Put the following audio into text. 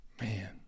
Man